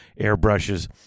airbrushes